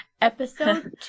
Episode